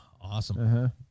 awesome